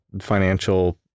financial